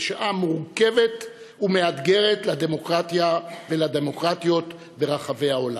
בשעה מורכבת ומאתגרת לדמוקרטיה ולדמוקרטיות ברחבי העולם.